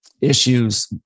issues